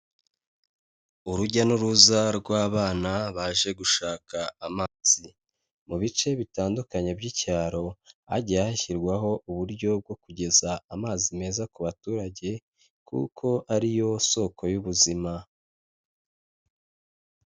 Urujya n'uruza rw'abana baje gushaka amazi, mu bice bitandukanye by'icyaro hagiye hashyirwaho uburyo bwo kugeza amazi meza ku baturage kuko ari yo soko y'ubuzima.